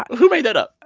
who made that up?